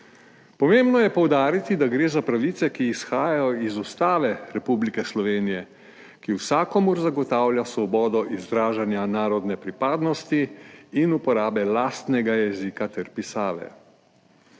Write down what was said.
Pomembno je poudariti, da gre za pravice, ki izhajajo iz Ustave Republike Slovenije, ki vsakomur zagotavlja svobodo izražanja narodne pripadnosti in uporabe lastnega jezika ter pisave.